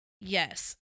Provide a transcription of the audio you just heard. yes